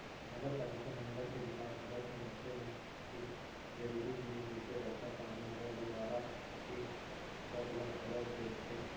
नगरपालिका ह नगर के बिकास, नगर के मनसे मन के जरुरी जिनिस जइसे रद्दा, पानी, घर दुवारा ऐ सब ला घलौ देखथे